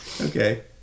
Okay